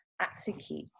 execute